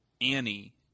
Annie